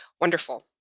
Wonderful